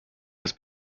also